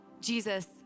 Jesus